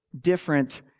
different